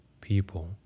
people